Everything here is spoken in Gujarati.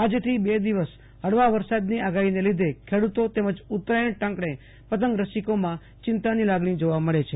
આજથી બે દિવસ ફળવા વરસાદની આગાહીને લીધે ખેડુતો તેમજ ઉતરાયણ ટાંકણે પતંગ રસિકોમાં ચિંતાની લાગણી જોવા મળે છે